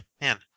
man